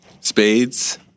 Spades